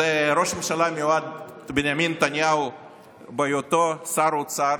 הוא ראש הממשלה המיועד בנימין נתניהו בהיותו שר אוצר,